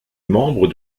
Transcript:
membre